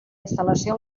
instal·lació